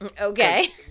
Okay